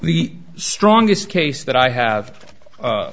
the strongest case that i have